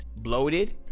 bloated